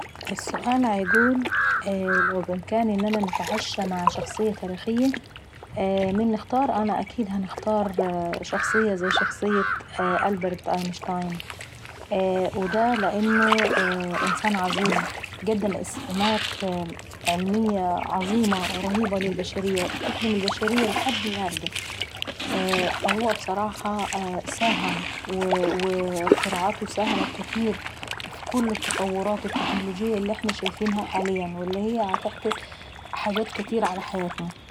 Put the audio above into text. السؤال بيقول لو بإمكاني ان انا نتعشي مع شخصية تاريخي فمين نختار؟ اكيد انا هنختارشخصية زي شخصية البرت أينشاتين. ودا لانه انسان عظيم، قدم اسهامات عظيمة ورهيبة للبشرية، وبتخدم البشرية لحد إنهردي. فهو بصراحة ساهم و واختراعاته ساهمت كاتير في كل التطورات التكنولوجية اللي احنا شايفينها حاليا، واللي هي عتعكس حاجات كاتيرة على حياتنا.